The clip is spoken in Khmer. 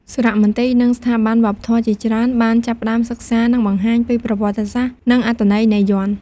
សារមន្ទីរ និងស្ថាប័នវប្បធម៌ជាច្រើនបានចាប់ផ្ដើមសិក្សា និងបង្ហាញពីប្រវត្តិសាស្រ្ត និងអត្ថន័យនៃយ័ន្ត។